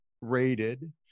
rated